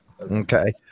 Okay